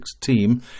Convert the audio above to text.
team